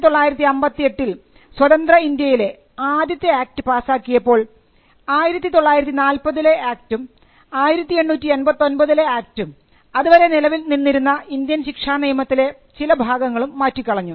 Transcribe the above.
1958 ൽ സ്വതന്ത്ര ഇന്ത്യയിലെ ആദ്യത്തെ ആക്ട് പാസാക്കിയപ്പോൾ 1940 ലെ ആക്ടും 1889 ലെ ആക്ടും അതുവരെ നിലനിന്നിരുന്ന ഇന്ത്യൻ ശിക്ഷാനിയമത്തിലെ ചില ഭാഗങ്ങളും മാറ്റിക്കളഞ്ഞു